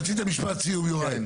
רצית משפט סיום, יוראי.